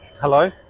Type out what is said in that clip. Hello